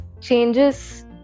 Changes